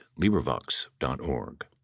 LibriVox.org